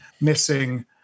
Missing